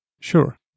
Sure